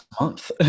month